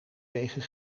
tegen